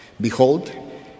Behold